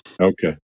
Okay